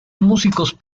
músicos